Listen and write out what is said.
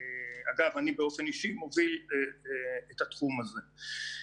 אגב, אני באופן אישי מוביל את התחום הזה.